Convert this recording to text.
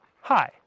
Hi